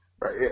right